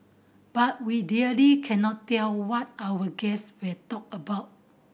but we really can not tell what our guest will talk about